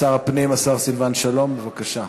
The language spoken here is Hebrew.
שר הפנים, השר סילבן שלום, בבקשה.